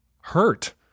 hurt